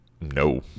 No